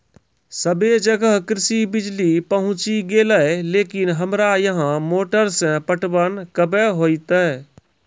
सबे जगह कृषि बिज़ली पहुंची गेलै लेकिन हमरा यहाँ मोटर से पटवन कबे होतय?